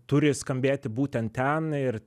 turi skambėti būtent ten ir